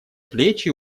плечи